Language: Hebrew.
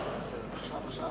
היא לא יכולה לבקש ועדה.